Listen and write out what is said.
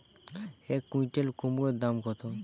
এক কুইন্টাল কুমোড় দাম কত?